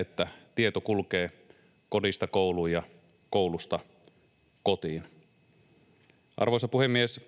että tieto kulkee kodista kouluun ja koulusta kotiin. Arvoisa puhemies!